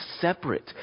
separate